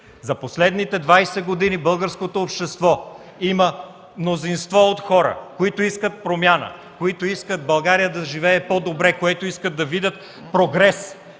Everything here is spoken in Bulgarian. За последните двадесет години в българското общество има мнозинство от хора, които искат промяна, които искат България да живее по-добре, които искат да видят прогрес.